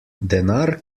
denar